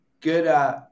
good